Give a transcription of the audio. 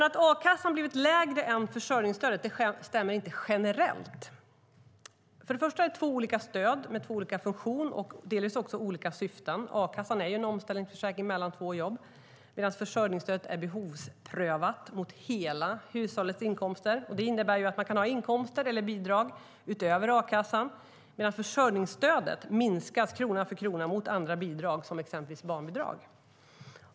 Att a-kassan har blivit lägre än försörjningsstödet stämmer dock inte generellt. För det första är det två olika stöd med två olika funktioner och delvis olika syften. A-kassan är en omställningsförsäkring mellan två jobb, medan försörjningsstödet är behovsprövat mot hela hushållets inkomster. Det innebär att man kan ha inkomster eller bidrag utöver a-kassan, medan försörjningsstödet minskas krona för krona i förhållande till andra bidrag som exempelvis barnbidrag.